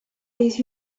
his